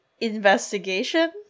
investigation